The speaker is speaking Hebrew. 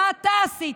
מה אתה עשית?